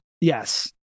Yes